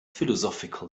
philosophical